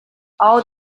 all